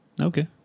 Okay